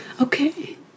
Okay